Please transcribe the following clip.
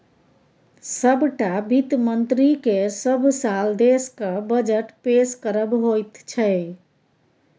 सभटा वित्त मन्त्रीकेँ सभ साल देशक बजट पेश करब होइत छै